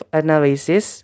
analysis